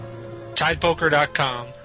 TidePoker.com